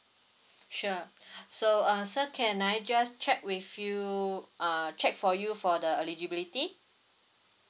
sure so uh sir can I just check with you uh check for you for the eligibility